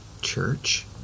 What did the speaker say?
Church